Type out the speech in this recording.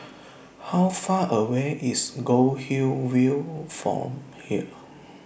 How Far away IS Goldhill View from here